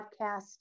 podcast